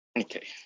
Okay